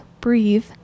breathe